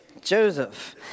Joseph